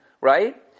right